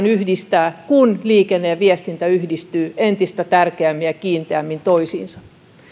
yhdistää kun liikenne ja viestintä yhdistyvät entistä tärkeämmin ja kiinteämmin toisiinsa